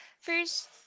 First